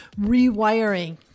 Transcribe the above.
rewiring